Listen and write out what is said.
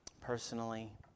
personally